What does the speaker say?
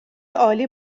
عالی